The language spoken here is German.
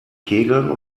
kegeln